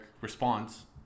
response